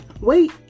Wait